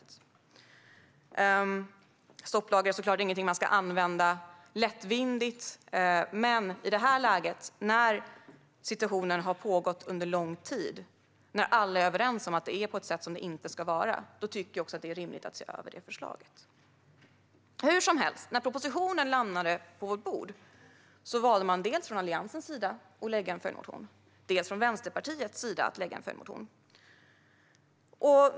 Stopplagar är såklart ingenting som man ska använda lättvindigt, men i det här läget, när situationen har sett ut så här under lång tid och alla är överens om att det är på ett sätt som det inte ska vara tycker jag också att det är rimligt att se över det förslaget. Hur som helst, när propositionen landade på vårt bord valde man dels från Alliansens sida att lägga en följdmotion, dels från Vänsterpartiets sida att lägga en följdmotion.